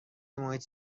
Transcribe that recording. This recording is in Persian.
محیط